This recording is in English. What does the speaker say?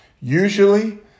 Usually